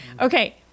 Okay